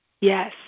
Yes